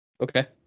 Okay